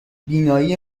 بینایی